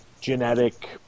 genetic